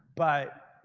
but